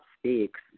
speaks